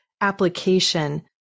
application